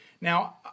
now